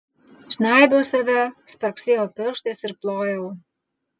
žnaibiau save spragsėjau pirštais ir plojau